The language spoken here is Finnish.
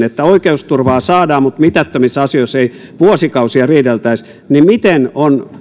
että oikeusturvaa saadaan mutta mitättömissä asioissa ei vuosikausia riideltäisi miten on